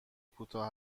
کوتاه